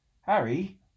Harry